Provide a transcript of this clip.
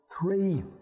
three